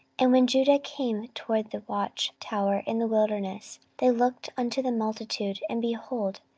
and when judah came toward the watch tower in the wilderness, they looked unto the multitude, and, behold,